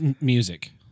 music